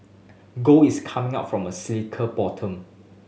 gold is coming up from a cyclical bottom